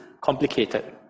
complicated